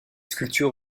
sculpture